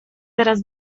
teraz